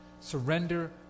surrender